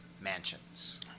mansions